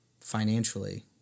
financially